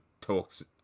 talks